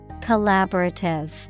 Collaborative